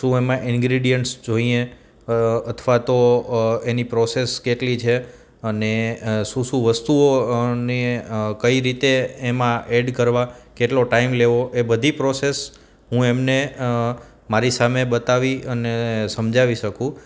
શું એમાં ઇન્ડગ્રીડીયન્ટ્સ જોઈએ અથવા તો એની પ્રોસેસ કેટલી છે અને શું શું વસ્તુઓ અને કઈ રીતે એમાં એડ કરવા કેટલો ટાઈમ લેવો એ બધી પ્રોસેસ હું એમને મારી સામે બતાવી અને સમજાવી શકું